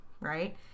right